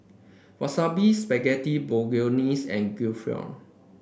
Wasabi Spaghetti Bolognese and